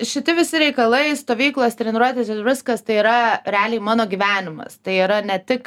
šiti visi reikalai stovyklos treniruotės ir viskas tai yra realiai mano gyvenimas tai yra ne tik